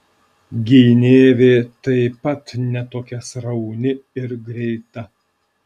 gynėvė taip pat ne tokia srauni ir greita